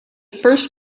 first